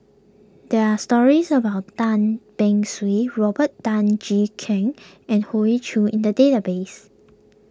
there are stories about Tan Beng Swee Robert Tan Jee Keng and Hoey Choo in the database